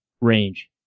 range